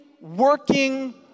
working